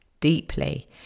deeply